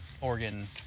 organ